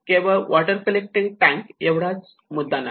केवळ water collecting tank एवढाच मुद्दा नाही